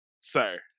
sir